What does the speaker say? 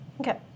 Okay